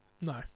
No